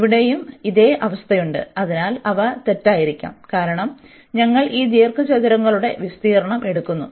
ഇവിടെയും ഇതേ അവസ്ഥയുണ്ട് അതിനാൽ അവ തെറ്റായിരിക്കാം കാരണം ഞങ്ങൾ ഈ ദീർഘചതുരങ്ങളുടെ വിസ്തീർണ്ണം എടുക്കുന്നു